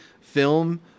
film